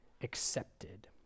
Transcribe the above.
accepted